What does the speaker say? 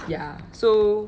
ya so